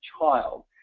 child